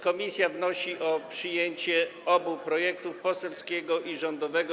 Komisja wnosi o przyjęcie obu projektów: poselskiego i rządowego.